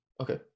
Okay